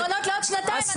זה פתרונות לעוד שנתיים,